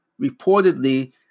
Reportedly